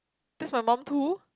that's my mum too